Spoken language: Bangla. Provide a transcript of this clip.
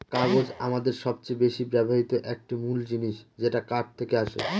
কাগজ আমাদের সবচেয়ে বেশি ব্যবহৃত একটি মূল জিনিস যেটা কাঠ থেকে আসে